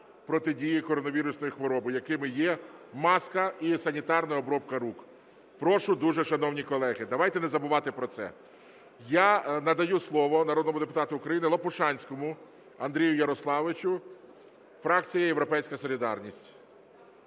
протидії коронавірусної хвороби, якими є маска і санітарна обробка рук. Прошу дуже, шановні колеги, давайте не забувати про це. Я надаю слово народному депутату України Лопушанському Андрію Ярославовичу, фракція "Європейська солідарність".